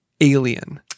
Alien